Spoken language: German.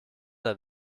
der